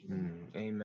Amen